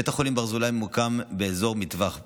בית החולים ברזילי ממוקם באזור מטווח טילים,